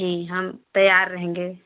जी हम तैयार रहेंगे